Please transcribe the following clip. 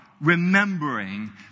remembering